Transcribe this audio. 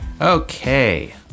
Okay